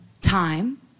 time